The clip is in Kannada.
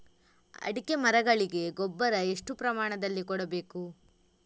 ಅಡಿಕೆ ಮರಗಳಿಗೆ ಗೊಬ್ಬರ ಎಷ್ಟು ಪ್ರಮಾಣದಲ್ಲಿ ಕೊಡಬೇಕು?